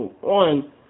One